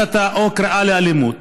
הסתה או קריאה לאלימות.